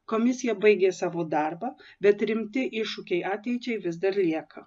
komisija baigė savo darbą bet rimti iššūkiai ateičiai vis dar lieka